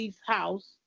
house